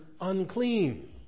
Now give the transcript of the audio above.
unclean